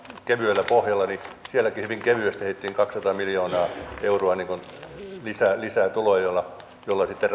kevyellä pohjalla hyvin kevyesti heitettiin kaksisataa miljoonaa euroa lisää tuloja joilla sitten